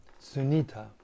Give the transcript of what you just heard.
Sunita